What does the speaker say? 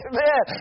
Amen